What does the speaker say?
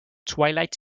twilight